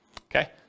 Okay